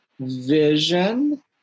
vision